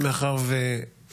מכובדי